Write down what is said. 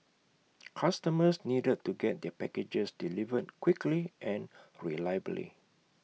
customers needed to get their packages delivered quickly and reliably